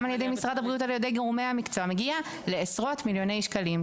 מגורמי המקצוע במשרד הבריאות מגיע לעשרות מיליוני שקלים.